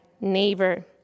neighbor